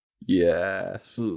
Yes